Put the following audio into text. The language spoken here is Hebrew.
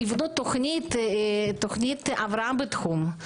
שיבנו תוכנית הבראה בתחום.